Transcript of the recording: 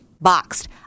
Boxed